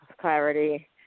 clarity